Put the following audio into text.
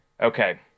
Okay